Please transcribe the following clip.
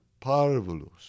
parvulus